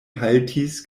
haltis